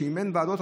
אם אין ועדות.